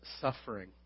suffering